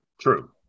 True